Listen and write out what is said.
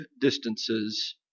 distances